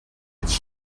its